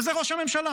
וזה ראש הממשלה.